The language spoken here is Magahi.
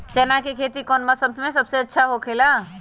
चाना के खेती कौन मौसम में सबसे अच्छा होखेला?